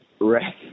Right